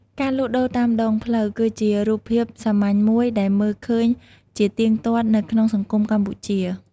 ការលក់ដូរតាមដងផ្លូវ គឺជារូបភាពសាមញ្ញមួយដែលមើលឃើញជាទៀងទាត់នៅក្នុងសង្គមកម្ពុជា។